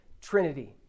Trinity